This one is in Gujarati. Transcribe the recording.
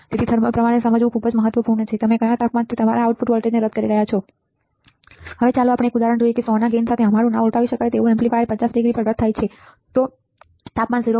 તેથી થર્મલ પ્રવાહને સમજવું ખૂબ જ મહત્વપૂર્ણ છે કે તમે કયા તાપમાનથી તમારા આઉટપુટ વોલ્ટેજને રદ કરી રહ્યાં છો હવે ચાલો એક ઉદાહરણ જોઈએ કે 100 ના ગેઇન સાથે અમારું ના ઉલટાવી શકાય એવુ એમ્પ્લીફાયર 25 ડિગ્રી પર રદ થાય છે જો તાપમાન 0